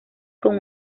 con